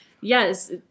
Yes